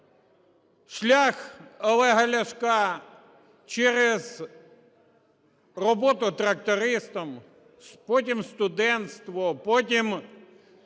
Шлях Олега Ляшка - через роботу трактористом, потім студентство, потім